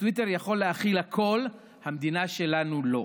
הטוויטר יכול להכיל הכול, המדינה שלנו, לא.